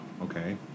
okay